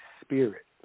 Spirit